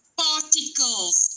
particles